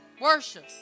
worship